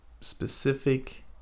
specific